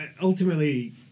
ultimately